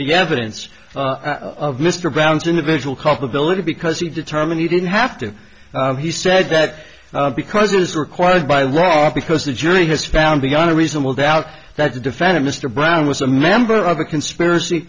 the evidence of mr brown's individual culpability because he determined he didn't have to he said that because it is required by law because the jury has found beyond a reasonable doubt that the defendant mr brown was a member of a conspiracy